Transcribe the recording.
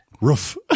Roof